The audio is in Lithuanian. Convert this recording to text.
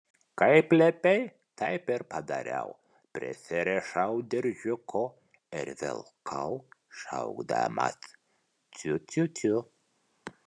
kaip liepei taip ir padariau prisirišau diržiuku ir vilkau šaukdamas ciu ciu ciu